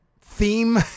theme